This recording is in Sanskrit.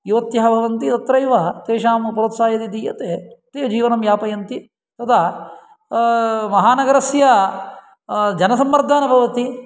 युवत्यः भवन्ति तत्रैव तेषां प्रोत्साहः यदि दीयते ते जीवनं यापयन्ति तदा महानगरस्य जनसम्मर्दः न भवति